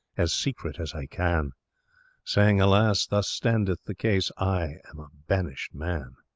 as secret as i can saying alas! thus standeth the case, i am a banished man